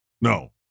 No